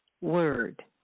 word